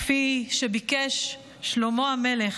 כפי שביקש שלמה המלך,